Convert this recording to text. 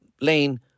lane